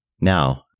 Now